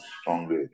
strongly